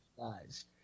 guys